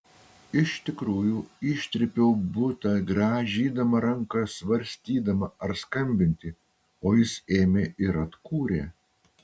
iš tikrųjų ištrypiau butą grąžydama rankas svarstydama ar skambinti o jis ėmė ir atkūrė